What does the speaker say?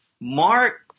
Mark